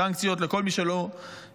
סנקציות לכל מי שמתגייס,